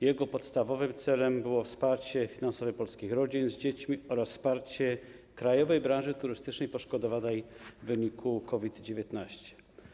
Jego podstawowym celem było wsparcie finansowe polskich rodzin z dziećmi oraz wsparcie krajowej branży turystycznej poszkodowanej w wyniku pandemii COVID-19.